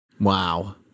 Wow